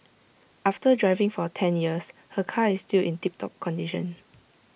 after driving for ten years her car is still in tip top condition